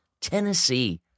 Tennessee